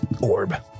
Orb